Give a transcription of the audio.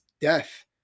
death